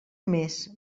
més